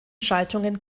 schaltungen